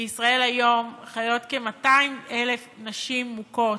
בישראל חיות היום כ-200,000 נשים מוכות.